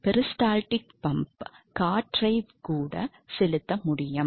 peristaltic pump காற்றை கூட செலுத்த முடியும்